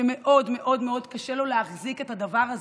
שמאוד מאוד מאוד קשה לו להחזיק את הדבר הזה.